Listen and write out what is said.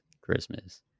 Christmas